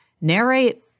narrate